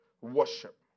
worship